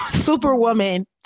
superwoman